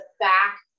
back